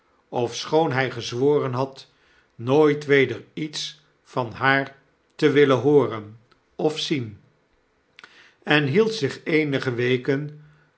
ofschoon hij gezworen had nooit weder iets van haar te willen hooren of zien en hield zich eenige weken